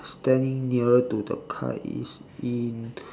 standing nearer to the kite he is in